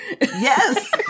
Yes